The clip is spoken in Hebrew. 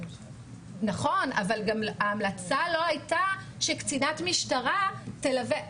נכון, אבל ההמלצה לא היתה שקצינת משטרה שתלווה.